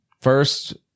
First